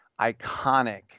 iconic